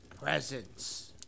Presents